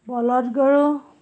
বলদগৰু